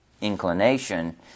inclination